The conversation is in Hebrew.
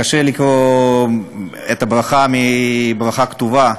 קשה לקרוא ברכה כתובה,